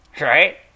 right